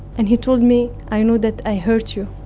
and he told me, i know that i hurt you.